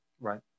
Right